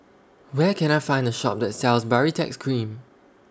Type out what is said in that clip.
Where Can I Find A Shop that sells Baritex Cream